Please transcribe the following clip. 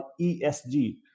ESG